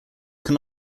can